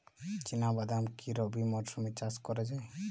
চিনা বাদাম কি রবি মরশুমে চাষ করা যায়?